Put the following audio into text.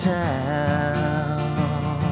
town